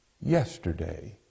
yesterday